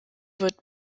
wird